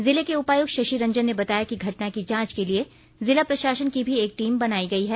जिले के उपायुक्त शशि रंजन ने बताया कि घटना की जांच के लिए जिला प्रशासन की भी एक टीम बनायी गई है